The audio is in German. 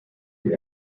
die